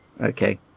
Okay